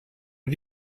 did